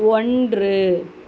ஒன்று